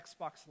Xbox